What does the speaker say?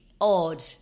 odd